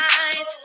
eyes